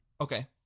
Okay